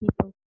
people